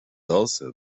also